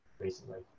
recently